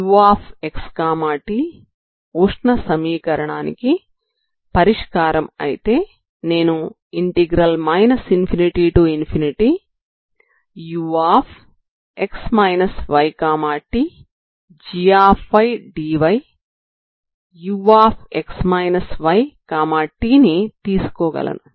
uxt ఉష్ణ సమీకరణానికి పరిష్కారం అయితే నేను ∞ux ytgdy ux yt ని తీసుకోగలను